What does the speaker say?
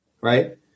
right